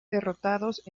derrotados